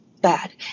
bad